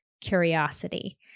curiosity